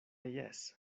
jes